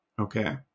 Okay